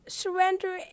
surrender